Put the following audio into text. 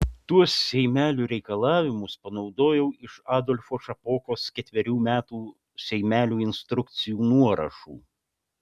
tuos seimelių reikalavimus panaudojau iš adolfo šapokos ketverių metų seimelių instrukcijų nuorašų